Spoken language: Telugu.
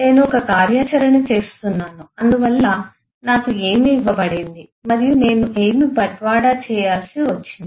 నేను ఒక కార్యాచరణ చేస్తున్నాను అందువల్ల నాకు ఏమి ఇవ్వబడింది మరియు నేను ఏమి బట్వాడా చేయాల్సి వచ్చింది